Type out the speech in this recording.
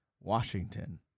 Washington